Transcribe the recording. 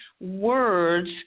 words